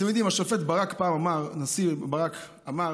אתם יודעים, השופט ברק פעם אמר, הנשיא ברק אמר